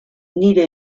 nire